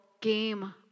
game